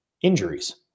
injuries